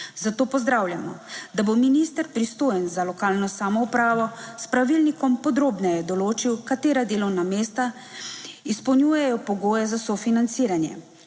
Zato pozdravljamo, da bo minister pristojen za lokalno samoupravo s pravilnikom podrobneje določil, katera delovna mesta izpolnjujejo pogoje za sofinanciranje.